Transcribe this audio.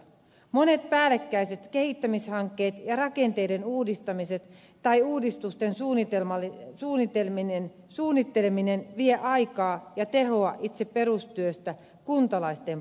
monet päällekkäiset kehittämishankkeet ja rakenteiden uudistamiset tai uudistusten suunnitteleminen vievät aikaa ja tehoa itse perustyöstä kuntalaisten palveluista